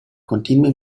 continui